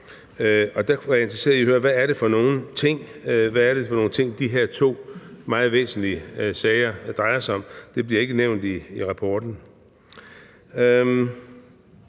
Der er jeg interesseret i at høre, hvad det er for nogle ting, de her to meget væsentlige sager drejer sig om. Det bliver ikke nævnt i redegørelsen.